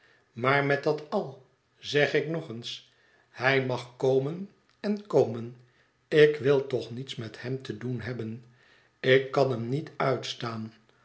maar met dat al zeg ik nog eens hij mag komen en komen ik wil toch niets met hem te doen hebben ik kan hem niet uitstaan